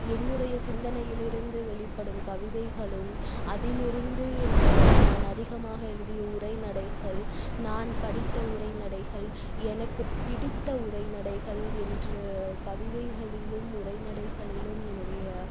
என்னுடைய சிந்தனையிலிருந்து வெளிப்படும் கவிதைகளும் அதிலிருந்து நான் அதிகமாக எழுதிய உரைநடைகள் நான் படித்த உரைநடைகள் எனக்கு பிடித்த உரைநடைகள் என்று கவிதைகளிலும் உரைநடைகளிலும் என்னுடைய